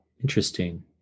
Interesting